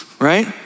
right